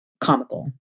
comical